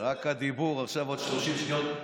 רק הדיבור עכשיו עוד 30 שניות.